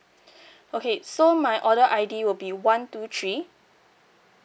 okay so my order I_D will be one two three